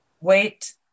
Wait